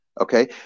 Okay